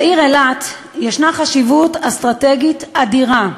לעיר אילת יש חשיבות אסטרטגית אדירה,